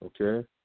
Okay